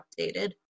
updated